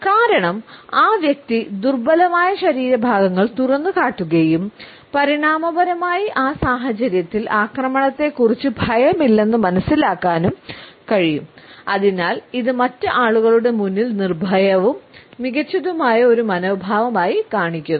കാരണം ആ വ്യക്തി ദുർബലമായ ശരീരഭാഗങ്ങൾ തുറന്നുകാട്ടുകയും പരിണാമപരമായി ആ സാഹചര്യത്തിൽ ആക്രമണത്തെക്കുറിച്ച് ഭയമില്ലെന്ന് മനസ്സിലാക്കാനും കഴിയും അതിനാൽ ഇത് മറ്റ് ആളുകളുടെ മുന്നിൽ നിർഭയവും മികച്ചതുമായ ഒരു മനോഭാവം ആയി കാണിക്കുന്നു